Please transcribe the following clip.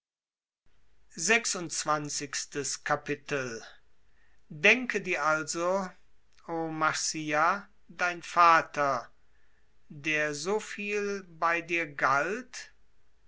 denke dir also a marcia dein vater der so viel bei dir galt